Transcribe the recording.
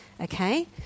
okay